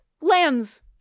lands